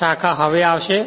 આ શાખા હવે આવશે